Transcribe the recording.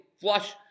flush